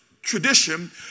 tradition